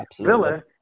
Villa